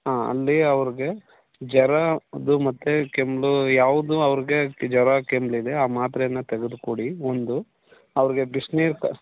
ಹಾಂ ಅಲ್ಲಿ ಅವ್ರಿಗೆ ಜ್ವರದ್ದು ಮತ್ತು ಕೆಮ್ಮು ಯಾವುದು ಅವ್ರಿಗೆ ಜ್ವರ ಕೆಮ್ಮಿದೆ ಆ ಮಾತ್ರೆನ ತೆಗ್ದು ಕೊಡಿ ಒಂದು ಅವ್ರಿಗೆ ಬಿಸ್ನೀರು ಕ